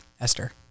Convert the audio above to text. Esther